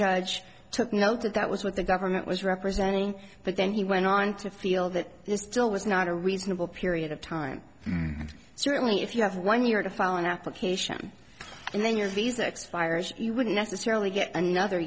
judge took note that that was what the government was representing but then he went on to feel that there still was not a reasonable period of time certainly if you have one year to file an application and then your visa expires you would necessarily get another